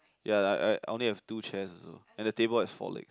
ya ya ya only have two chairs also and the table has four legs